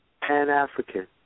Pan-African